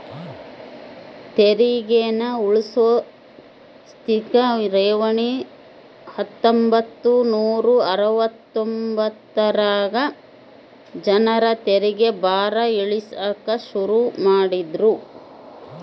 ತೆರಿಗೇನ ಉಳ್ಸೋ ಸ್ಥಿತ ಠೇವಣಿ ಹತ್ತೊಂಬತ್ ನೂರಾ ಅರವತ್ತೊಂದರಾಗ ಜನರ ತೆರಿಗೆ ಭಾರ ಇಳಿಸಾಕ ಶುರು ಮಾಡಿದ್ರು